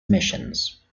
missions